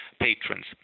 patrons